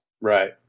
Right